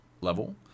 level